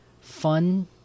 fun